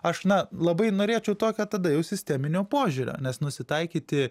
aš na labai norėčiau tokio tada jau sisteminio požiūrio nes nusitaikyti